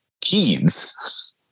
kids